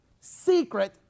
secret